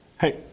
hey